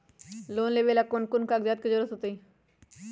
Loan लेवेला कौन कौन कागज के जरूरत होतई?